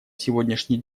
сегодняшний